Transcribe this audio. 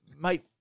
Mate